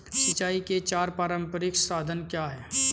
सिंचाई के चार पारंपरिक साधन क्या हैं?